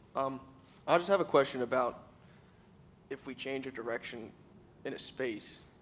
um i just have a question about if we change direction in a space,